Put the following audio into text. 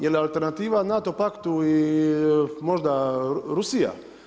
Je li alternativa NATO paktu i možda Rusija?